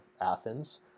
Athens